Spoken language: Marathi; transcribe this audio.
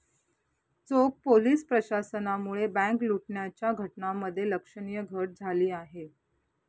चोख पोलीस प्रशासनामुळे बँक लुटण्याच्या घटनांमध्ये लक्षणीय घट झाली आहे